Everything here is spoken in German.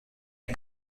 der